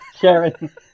Sharon